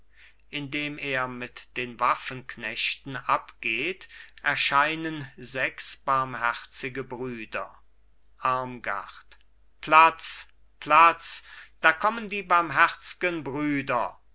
indem er mit den waffenknechten abgeht erscheinen sechs barmherzige brüder armgard platz platz da kommen die